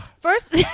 First